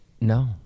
No